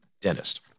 dentist